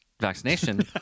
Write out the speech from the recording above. vaccination